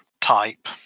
type